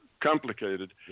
complicated